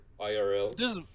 irl